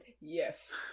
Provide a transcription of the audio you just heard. Yes